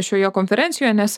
šioje konferencijoje nes